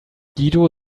guido